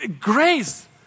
Grace